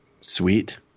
sweet